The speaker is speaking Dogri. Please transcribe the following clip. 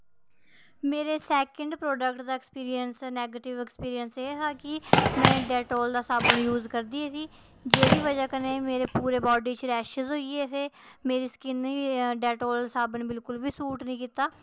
मेरे सैकिंड प्रोडक्ट दा एक्सपीरियंस नैगेटिव एक्सपीरियंस एह् हा कि में डिटोल दा साबन यूज करदी ही जेह्दी वजह कन्नै मेरे पूरे बाडी च रैशेस होई गे हे मेरी स्किन ही डिटोल साबन बिल्कल बी सूट नि कीत्ता